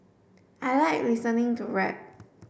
I like listening to rap